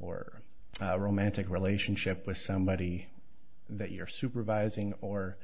more romantic relationship with somebody that you're supervising or